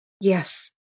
Yes